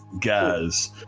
guys